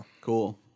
Cool